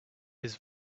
his